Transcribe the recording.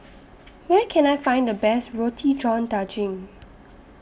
Where Can I Find The Best Roti John Daging